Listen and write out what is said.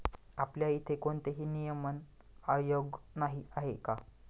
आपल्या इथे कोणतेही नियमन आयोग नाही आहे का?